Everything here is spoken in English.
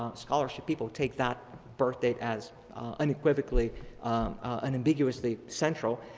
um scholarship people take that birth date as unequivocally unambiguously central.